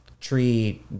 Tree